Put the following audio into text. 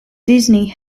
disney